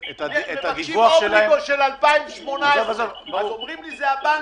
מבקשים אובליגו של 2018 ואומרים לי, זה הבנקים.